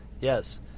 Yes